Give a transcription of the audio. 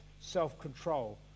self-control